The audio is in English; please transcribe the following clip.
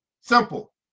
Simple